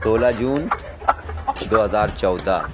سولہ جون دو ہزار چودہ